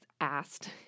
asked